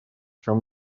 чем